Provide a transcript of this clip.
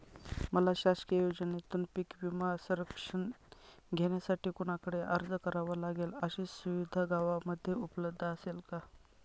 मला शासकीय योजनेतून पीक विमा संरक्षण घेण्यासाठी कुणाकडे अर्ज करावा लागेल? अशी सुविधा गावामध्ये उपलब्ध असते का?